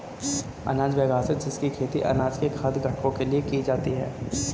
अनाज वह घास है जिसकी खेती अनाज के खाद्य घटकों के लिए की जाती है